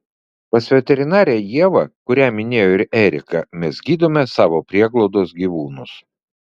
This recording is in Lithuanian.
pas veterinarę ievą kurią minėjo ir erika mes gydome savo prieglaudos gyvūnus